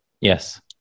Yes